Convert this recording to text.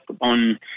on